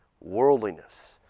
worldliness